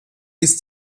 ist